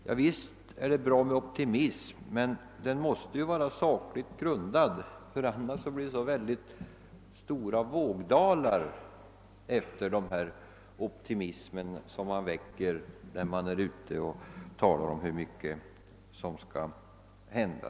Ja, visst är det bra med optimism, men den måste vara sakligt grundad, ty annars blir det mycket stora vågdalar efter den optimism som man väcker när man är ute och talar om hur mycket som skall hända.